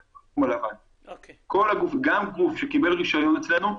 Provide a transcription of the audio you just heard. גם גוף שקיבל רישיון אצלנו,